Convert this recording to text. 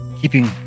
Keeping